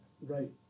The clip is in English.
Right